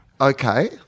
Okay